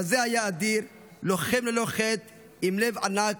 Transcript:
כזה היה אדיר, לוחם ללא חת עם לב ענק,